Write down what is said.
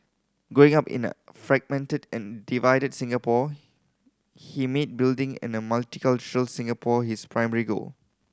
growing up in a fragmented and divided Singapore he made building a multicultural Singapore his primary goal